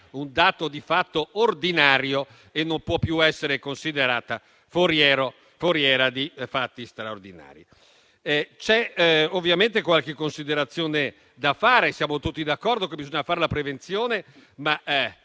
un dato di fatto ordinario, e non possa più essere considerata foriera di fatti straordinari. C'è qualche considerazione da fare. Siamo tutti d'accordo che occorre fare la prevenzione, ma